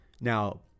Now